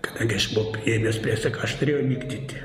kadangi aš buvau priėmęs priesaiką aš turėjau likti ten